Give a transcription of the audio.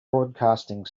broadcasting